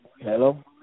Hello